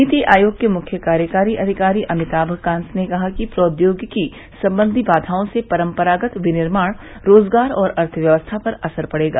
नीति आयोग के मुख्य कार्यकारी अधिकारी अमिताम कांत ने कहा है कि प्रौद्योगिकी संबंदी बाघाओं से परम्परागत रोजगार और अर्थव्यवस्था पर असर पड़ेगा